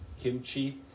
kimchi